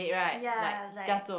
ya like